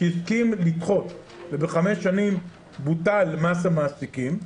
שהסכים לדחות ובחמש שנים בוטל מס המעסיקים,